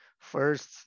first